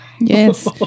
Yes